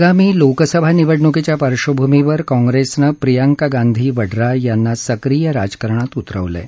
आगामी लोकसभा निवडणुकीच्या पार्श्वभूमीवर काँग्रेसनं प्रियंका गांधी वडरा यांना सक्रीय राजकारणात उतरवलं आहे